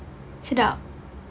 sedap